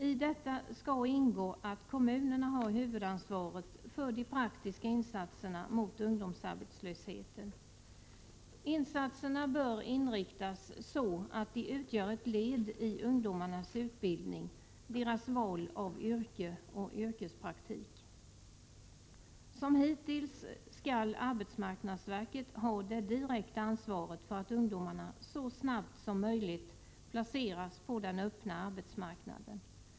I detta skall ingå att kommunerna har huvudansvaret för de praktiska insatserna mot ungdomsarbetslösheten. Insatserna bör inriktas på att utgöra ett led i ungdomarnas utbildning, deras val av yrke och yrkespraktik. Som hittills skall arbetsmarknadsverket ha det direkta ansvaret för att ungdomarna så snabbt som möjligt placeras på den öppna arbetsmarknaden.